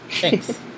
Thanks